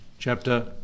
chapter